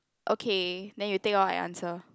okay then you take all I answer